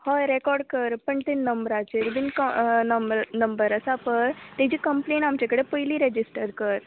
हय रॅकॉड कर पण ती नम्राचेर बीन क नंबर नंबर आसा पळय ताजी कंप्लेन आमचे कडेन पयली रॅजिस्टर कर